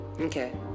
Okay